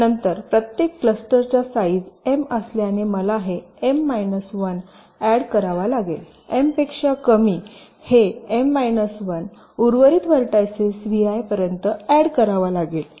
नंतर प्रत्येक क्लस्टर चा साईज m असल्याने मला हे m 1 ऍड करावा लागेल m पेक्षा कमी हे m 1 उर्वरित व्हर्टायसेस vi पर्यंत ऍड करावा लागेल